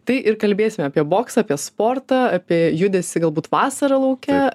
tai ir kalbėsime apie boksą apie sportą apie judesį galbūt vasarą lauke